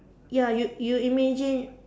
ya you you imagine